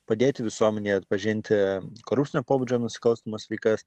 padėti visuomenei atpažinti korupcinio pobūdžio nusikalstamas veikas